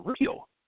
real